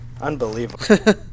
Unbelievable